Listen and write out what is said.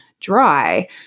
dry